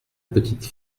petite